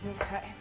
Okay